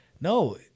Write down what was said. no